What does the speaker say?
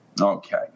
Okay